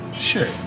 Sure